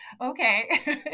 okay